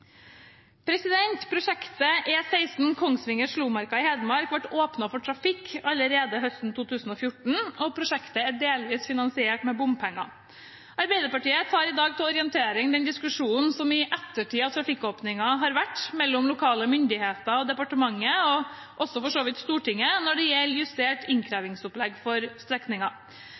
Prosjektet E16 Kongsvinger–Slomarka i Hedmark ble åpnet for trafikk allerede høsten 2014, og prosjektet er delvis finansiert med bompenger. Arbeiderpartiet tar i dag til orientering den diskusjonen som i ettertid av trafikkåpningen har vært mellom lokale myndigheter og departementet, og for så vidt også Stortinget, når det gjelder justert innkrevingsopplegg for